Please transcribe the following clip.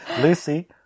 Lucy